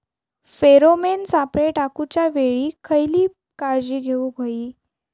Pheromone सापळे टाकूच्या वेळी खयली काळजी घेवूक व्हयी?